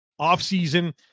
offseason